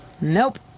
Nope